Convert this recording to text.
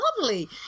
lovely